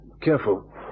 Careful